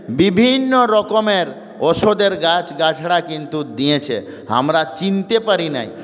বিভিন্ন রকমের ওষুধের গাছগাছরা কিন্তু দিয়েছে আমরা চিনতে পারি না